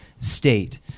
state